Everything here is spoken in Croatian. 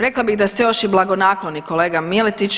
Rekla bih da ste još i blagonakloni kolega Miletić.